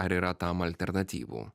ar yra tam alternatyvų